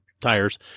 tires